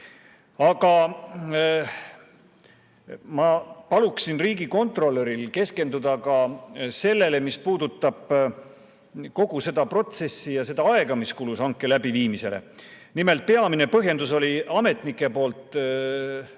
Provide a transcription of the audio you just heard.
ma paluksin riigikontrolöril keskenduda ka sellele, mis puudutab kogu seda protsessi ja seda aega, mis kulus hanke läbiviimisele. Nimelt, peamine põhjendus ametnike poolt oli see,